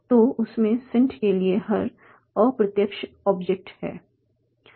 तो उस में 'सेंट' के लिए 'हर' अप्रत्यक्ष ऑब्जेक्ट है